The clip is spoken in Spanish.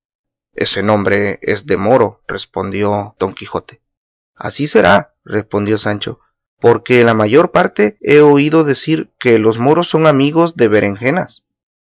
berenjena ese nombre es de moro respondió don quijote así será respondió sancho porque por la mayor parte he oído decir que los moros son amigos de berenjenas